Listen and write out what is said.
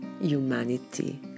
humanity